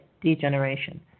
degeneration